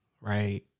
right